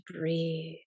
breathe